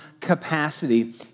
capacity